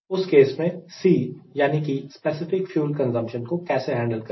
उस केस में C यानी कि स्पेसिफिक फ्यूल कंजप्शन को कैसे हैंडल करें